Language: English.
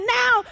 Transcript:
now